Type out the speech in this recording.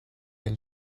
evel